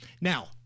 now